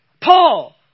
Paul